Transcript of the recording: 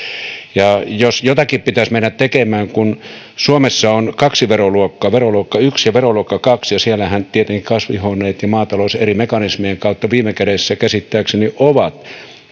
jos jotakin pitäisi mennä tekemään niin kun suomessa on kaksi veroluokkaa veroluokka yksi ja veroluokka kaksi ja siellähän tietenkin kasvihuoneet ja maatalous eri mekanismien kautta viime kädessä käsittääkseni ovat